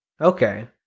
Okay